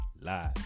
live